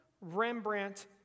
Rembrandt